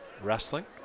wrestling